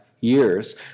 years